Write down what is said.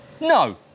No